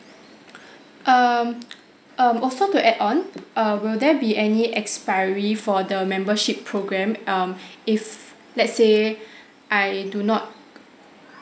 um um also to add on err will there be any expiry for the membership programme um if let's say I do not